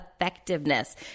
effectiveness